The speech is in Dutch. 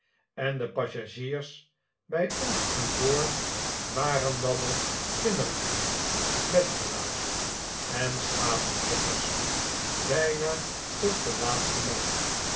en de passagiers by ons aan boord waren dan ook timmerlieden metselaars en schapenfokkers bijna tot den laatsten man